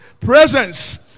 presence